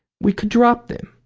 we could drop them.